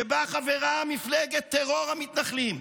שבה חברה מפלגת טרור המתנחלים,